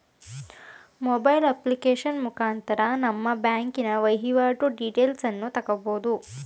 mobile application ಮುಖಾಂತರ ನಮ್ಮ ಬ್ಯಾಂಕಿನ ವೈವಾಟು ಡೀಟೇಲ್ಸನ್ನು ತಕ್ಕಬೋದು